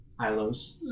Ilos